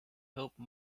hope